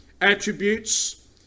attributes